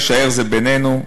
/ יישאר זה בינינו.